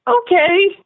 okay